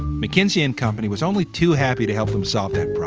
mckinsey and company was only too happy to help them solve that